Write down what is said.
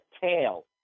tail